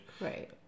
Right